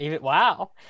Wow